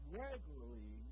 regularly